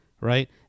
right